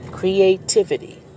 Creativity